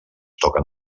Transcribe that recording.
toquen